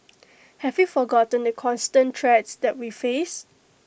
have we forgotten the constant threats that we face